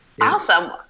Awesome